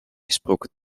gesproken